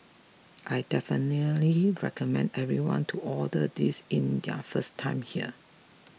I definitely recommend everyone to order this in their first time here